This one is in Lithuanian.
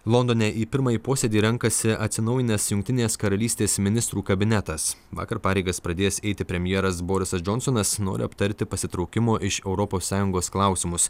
londone į pirmąjį posėdį renkasi atsinaujinęs jungtinės karalystės ministrų kabinetas vakar pareigas pradėjęs eiti premjeras borisas džonsonas nori aptarti pasitraukimo iš europos sąjungos klausimus